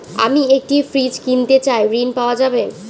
আমি একটি ফ্রিজ কিনতে চাই ঝণ পাওয়া যাবে?